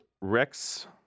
Rex